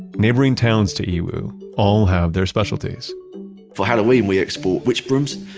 neighboring towns to yiwu all have their specialties for halloween, we export witch brooms.